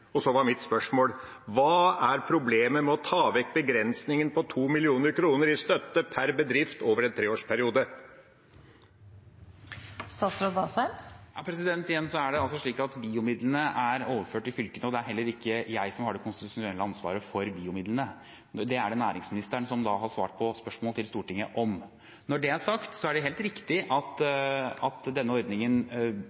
Mitt spørsmål var: Hva er problemet med å ta vekk begrensningen på 2 mill. kr i støtte per bedrift over en treårsperiode? Igjen, det er slik at BIO-midlene er overført til fylkene, og det er heller ikke jeg som har det konstitusjonelle ansvaret for BIO-midlene. Det har næringsministeren, som har svart på spørsmål til Stortinget om det. Når det er sagt, er det helt riktig at